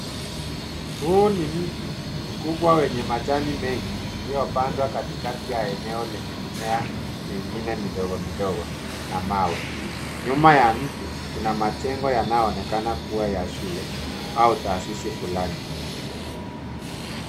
Huu ni mti mkubwa wenye majani mengi, iliopandwa katikati ya eneo lenye mimea mengine midogo midogo na mawe. Nyuma ya mti, kuna majengo yanayoonekana kuwa ya shule au taasisi fulani.